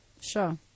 Sure